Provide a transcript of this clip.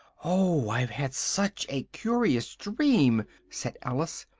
oh, i've had such a curious dream! said alice,